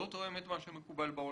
זה לא תואם את מה שמקובל בעולם.